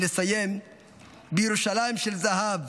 ונסיים בירושלים של זהב,